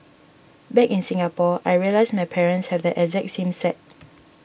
back in Singapore I realised my parents have the exact same set